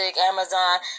Amazon